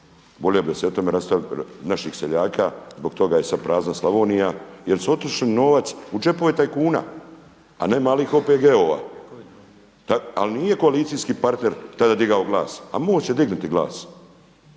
ljudi iz Slavonije naših seljaka, zbog toga je sad prazna Slavonija jer je otišao novac u đepove tajkuna a ne malih OPG-ova. Ali nije koalicijski partner tada digao glas, a Most će dignuti glas.